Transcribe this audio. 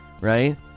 right